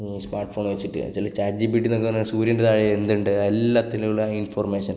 smart phone വെച്ചിട്ട് ചില chat G P T എന്നൊക്കെ പറഞ്ഞാല് സൂര്യന്റെ താഴെ എന്തുണ്ട് അതെല്ലാറ്റിനും ഉള്ള ഇന്ഫര്മേഷന്